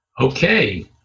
Okay